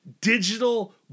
digital